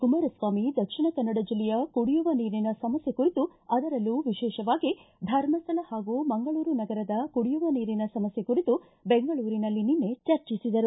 ಕುಮಾರಸ್ವಾಮಿ ದಕ್ಷಿಣ ಕನ್ನಡ ಜಿಲ್ಲೆಯ ಕುಡಿಯುವ ನೀರಿನ ಸಮಸ್ನೆ ಕುರಿತು ಅದರಲ್ಲೂ ವಿಶೇಷವಾಗಿ ಧರ್ಮಸ್ಥಳ ಹಾಗೂ ಮಂಗಳೂರು ನಗರದ ಕುಡಿಯುವ ನೀರಿನ ಸಮಸ್ಥೆ ಕುರಿತು ಬೆಂಗಳೂರಿನಲ್ಲಿ ನಿನ್ನೆ ಚರ್ಚಿಸಿದರು